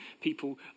people